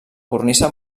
cornisa